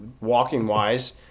walking-wise